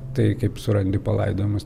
tai kaip surandi palaidojimus